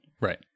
right